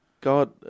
god